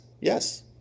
yes